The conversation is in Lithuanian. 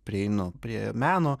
prieinu prie meno